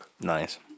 Nice